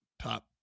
top